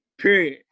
Period